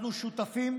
אנחנו שותפים,